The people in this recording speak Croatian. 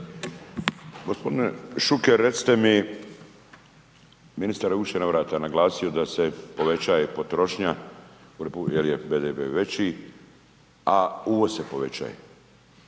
Gospodine Šuker recite mi, ministar je u više navrata naglasio da se povećaje potrošnja jer je BDP veći, a uvoz se povećaje.